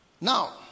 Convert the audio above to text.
Now